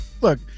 look